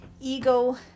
ego